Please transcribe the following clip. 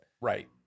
right